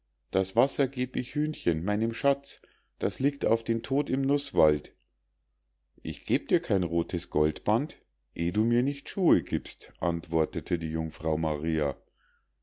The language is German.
das wasser geb ich hühnchen meinem schatz das liegt auf den tod im nußwald ich geb dir kein rothes goldband eh du mir nicht schuhe giebst antwortete die jungfrau maria